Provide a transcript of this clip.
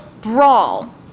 brawl